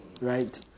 right